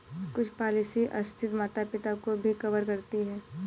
कुछ पॉलिसी आश्रित माता पिता को भी कवर करती है